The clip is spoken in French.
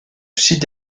sud